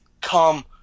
come